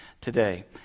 today